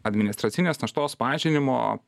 administracinės naštos mažinimo